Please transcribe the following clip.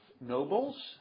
nobles